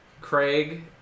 Craig